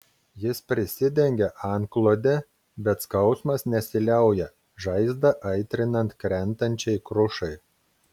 jis prisidengia antklode bet skausmas nesiliauja žaizdą aitrinant krentančiai krušai